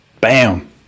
bam